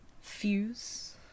Fuse